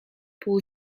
pół